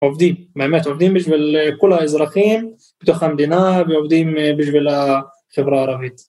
עובדים, מעמד עובדים בשביל כל האזרחים בתוך המדינה ועובדים בשביל החברה הערבית.